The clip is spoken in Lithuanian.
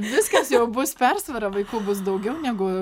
viskas jau bus persvara vaikų bus daugiau negu